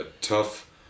tough